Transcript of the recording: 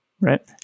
right